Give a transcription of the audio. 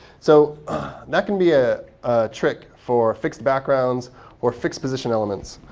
so that can be a trick for fixed backgrounds or fixed position elements.